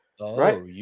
right